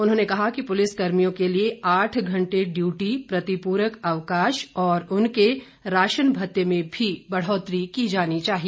उन्होंने कहा कि पुलिस कर्मियों के लिए आठ घंटे ड्यूटी प्रतिपूरक अवकाश और उनके राशन भत्ते में भी बढ़ोतरी की जानी चाहिए